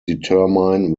determine